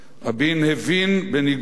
בניגוד ליושב-ראש ריבלין,